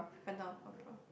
Phantom-of-Opera